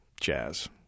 jazz